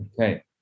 Okay